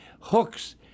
hooks